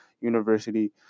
university